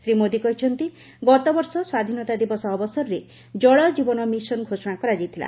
ଶ୍ରୀ ମୋଦୀ କହିଛନ୍ତି ଗତବର୍ଷ ସ୍ୱାଧୀନତା ଦିବସ ଅବସରରେ ଜଳଜୀବନ ମିଶନ ଘୋଷଣା କରାଯାଇଥିଲା